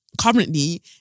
currently